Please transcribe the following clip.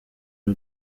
ari